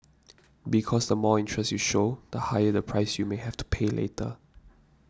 because the more interest you show the higher the price you may have to pay later